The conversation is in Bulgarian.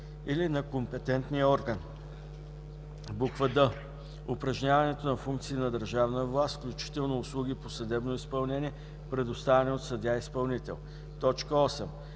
или на компетентния орган; д) упражняването на функции на държавна власт, включително услуги по съдебното изпълнение, предоставяни от съдия-изпълнител; 8.